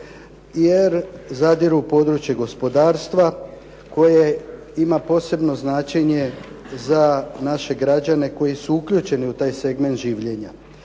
jer zadiru u područje gospodarstva koje ima posebno značenje za naše građane koji su uključeni u taj segment življenja.